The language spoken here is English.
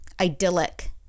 Idyllic